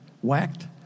whacked